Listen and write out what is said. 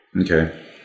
Okay